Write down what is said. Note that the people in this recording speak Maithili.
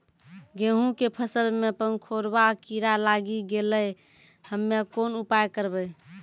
गेहूँ के फसल मे पंखोरवा कीड़ा लागी गैलै हम्मे कोन उपाय करबै?